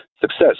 success